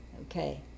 Okay